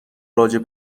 راجع